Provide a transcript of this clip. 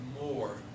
more